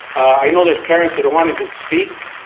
i know there is parents that are wanting to speak.